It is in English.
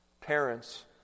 Parents